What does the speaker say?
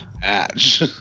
match